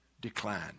decline